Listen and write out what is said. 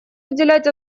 уделять